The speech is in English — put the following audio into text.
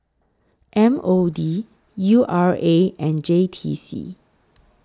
M O D U R A and J T C